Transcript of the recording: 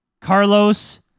Carlos